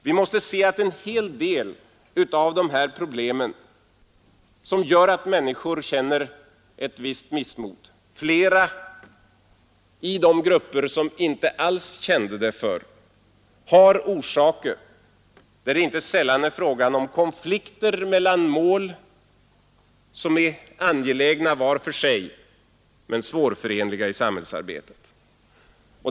Vi måste se att en hel del av de här problemen, som gör att människor känner ett visst missmod — flera i de grupper som inte alls kände det förr — har orsaker, där det inte sällan är fråga om konflikter mellan mål som är angelägna var för sig men svårförenliga i samhällsarbetet.